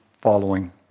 following